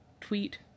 tweet